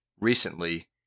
recently